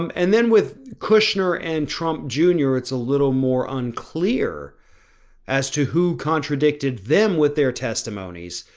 um and then with cushner and trump jr. it's a little more unclear as to who contradicted them with their testimonies.